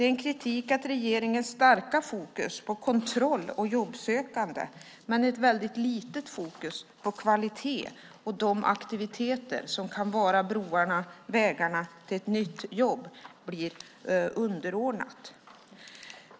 Kritiken gäller att regeringen har ett väldigt starkt fokus på kontroll och jobbsökande men ett väldigt svagt fokus på kvalitet och de aktiviteter som kan vara broar och vägar till ett nytt jobb. Detta blir underordnat.